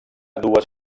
dues